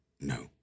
No